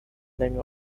länge